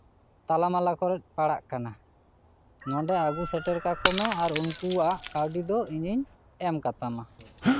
ᱛᱟᱞᱟᱢᱟᱞᱟ ᱠᱚᱨᱮᱫ ᱯᱟᱲᱟᱜ ᱠᱟᱱᱟ ᱱᱚᱸᱰᱮ ᱟᱹᱜᱩ ᱥᱮᱴᱮᱨ ᱠᱟᱠᱚ ᱢᱮ ᱟᱨ ᱩᱱᱠᱩᱣᱟᱜ ᱠᱟᱹᱣᱰᱤ ᱫᱚ ᱤᱧᱤᱧ ᱮᱢ ᱠᱟᱛᱟᱢᱟ